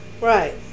Right